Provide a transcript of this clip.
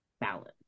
balance